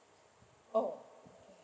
oh